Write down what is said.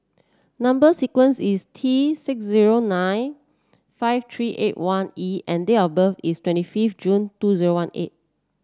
number sequence is T six zero nine five three eight one E and date of birth is twenty fifth June two zero one eight